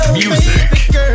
music